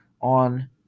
on